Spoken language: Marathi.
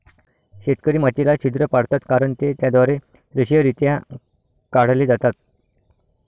शेतकरी मातीला छिद्र पाडतात कारण ते त्याद्वारे रेषीयरित्या काढले जातात